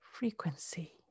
frequency